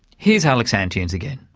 here's alex antunes again.